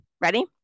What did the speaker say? Ready